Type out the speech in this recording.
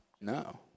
No